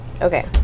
Okay